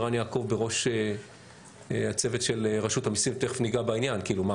ערן יעקב בראש הצוות של רשות המיסים ותיכף ניגע בעניין כי הרי מה,